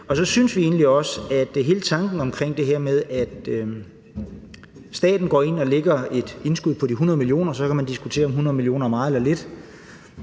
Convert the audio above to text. gå til det med. I forhold til hele tanken omkring det her med, at staten går ind og lægger et indskud på de 100 mio. kr., kan man diskutere, om 100 mio. kr. er meget eller lidt;